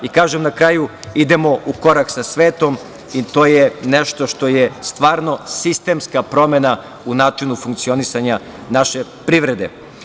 Na kraju, kažem, idemo u korak sa svetom i to je nešto što je stvarno sistemska promena u načinu funkcionisanja naše privrede.